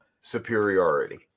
superiority